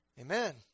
Amen